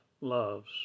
loves